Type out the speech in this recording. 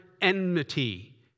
enmity